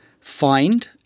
Find